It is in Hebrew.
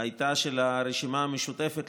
הייתה של הרשימה המשותפת,